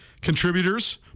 contributors